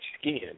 skin